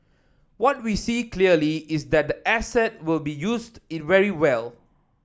what we see clearly is that the asset will be used very well